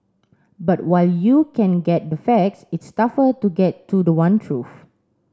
but while you can get the facts it's tougher to get to the one truth